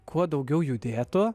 kuo daugiau judėtų